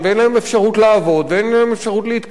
אפשרות לעבוד ואין להם אפשרות להתקיים,